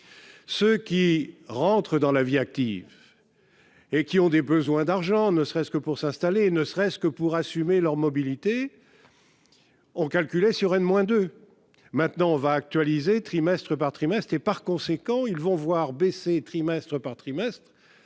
ce qui rentre dans la vie active et qui ont des besoins d'argent, ne serait-ce que pour s'installer, ne serait-ce que pour assumer leur mobilité. On calculait sur Rennes, moins de maintenant, on va actualiser, trimestre par trimestre et par conséquent, ils vont voir baisser, trimestre par trimestre,